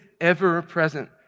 ever-present